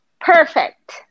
Perfect